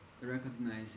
recognizing